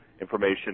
information